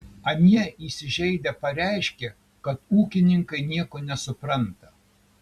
anie įsižeidę pareiškė kad ūkininkai nieko nesupranta